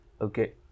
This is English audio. Okay